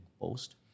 post